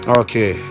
okay